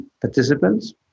participants